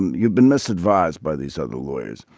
you've been mis advised by these other lawyers.